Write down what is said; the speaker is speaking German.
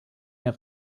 mehr